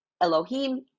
Elohim